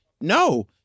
No